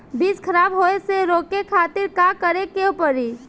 बीज खराब होए से रोके खातिर का करे के पड़ी?